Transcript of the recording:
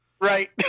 Right